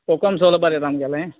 कोकम सोल बरें येता आमगेलें